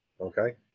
Okay